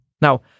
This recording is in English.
Now